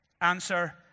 Answer